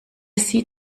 sie